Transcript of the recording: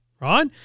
right